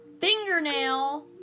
Fingernail